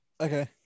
Okay